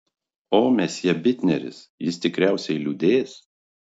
o mesjė bitneris jis tikriausiai liūdės